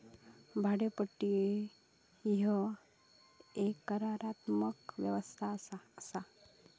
भाड्योपट्टी ह्या एक करारात्मक व्यवस्था असा